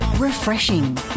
Refreshing